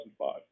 2005